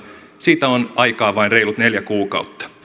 siitä on aikaa vain reilut neljä kuukautta